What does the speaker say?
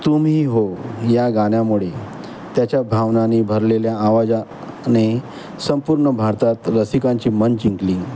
तुम ही हो या गाण्यामुळे त्याच्या भावनानी भरलेल्या आवाजाने संपूर्ण भारतात रसिकांची मन जिंकली